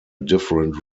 different